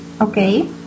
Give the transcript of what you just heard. Okay